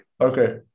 okay